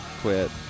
Quit